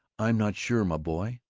i'm not sure, my boy,